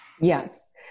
Yes